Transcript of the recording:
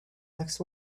next